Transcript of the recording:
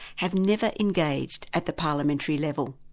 have never engaged at the parliamentary level,